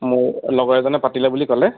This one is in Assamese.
মোৰ লগৰ এজনে পাতিলে বুলি ক'লে